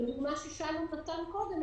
בדוגמה ששלום נתן קודם,